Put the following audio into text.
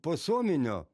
po suominio